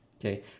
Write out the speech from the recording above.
Okay